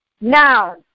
Now